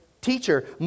Teacher